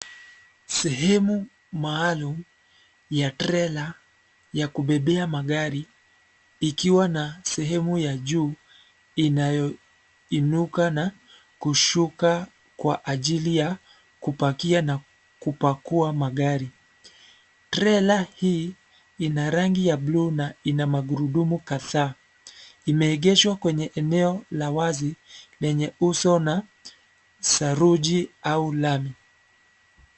Sehemu maalum ya trela ya kubebea magar,i ikiwa na sehemu ya juu inayoinuka na kushuka kwa ajili ya kupakia na kupakua magari. Trela hii ina rangi ya buluu na ina magurudumu kadhaa; imeegeshwa kwenye eneo la wazi lenye uso na saruji au lami.